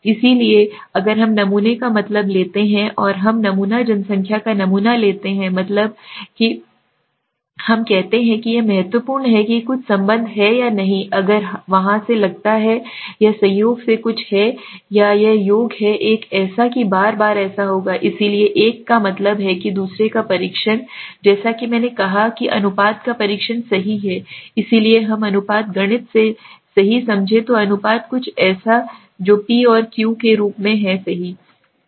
इसीलिए अगर हम नमूने का मतलब लेते हैं और हम नमूना जनसंख्या का नमूना लेते हैं मतलब है और फिर हम कहते हैं कि यह महत्वपूर्ण है कि कुछ संबंध है या नहीं या अगर वहाँ है लगता है यह संयोग से कुछ है या यह योग है यह ऐसा है कि बार बार ऐसा होगा इसलिए एक का मतलब है कि दूसरे का परीक्षण है जैसा कि मैंने कहा है कि अनुपात का परीक्षण सही है इसलिए हम अनुपात गणित से सही समझें तो अनुपात कुछ ऐसा है जो पी और क्यू के रूप में है सही